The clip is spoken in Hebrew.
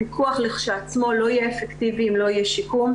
הפיקוח לכשעצמו לא יהיה אפקטיבי אם לא יהיה שיקום.